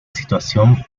situación